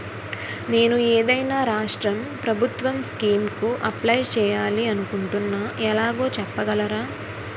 నేను ఏదైనా రాష్ట్రం ప్రభుత్వం స్కీం కు అప్లై చేయాలి అనుకుంటున్నా ఎలాగో చెప్పగలరా?